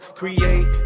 create